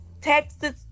Texas